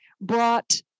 brought